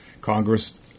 Congress